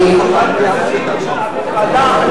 לא קיבלתי שום הודעה שוועדת השרים ביקשה להעביר את ההצעה.